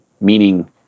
meaning